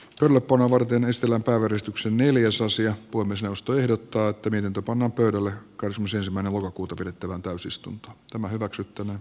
loppuraportin estellä porrastuksen neliosaisia kuin myös jaosto ehdottaa tekninen tapa nopeudelle kosmos ensimmäinen lokakuuta pidettävään täysistunto hyväksyy tämän